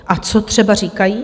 A co třeba říkají?